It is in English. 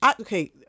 Okay